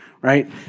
Right